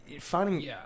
finding